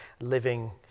living